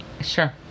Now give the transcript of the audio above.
Sure